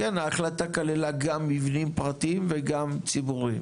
כן, ההחלטה כללה גם מבנים פרטיים וגם ציבוריים.